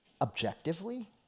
objectively